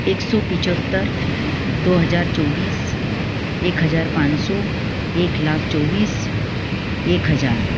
एक सौ पचहत्तर दो हजार चौबीस एक हजार पाँच सौ एक लाख चौबीस एक हजार